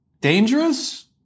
dangerous